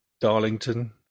Darlington